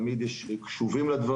אבל הם תמיד קשובים לדברים,